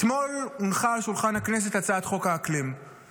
אתמול הונחה על שולחן הכנסת הצעת חוק האקלים,